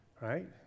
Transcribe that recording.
right